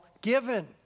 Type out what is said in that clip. given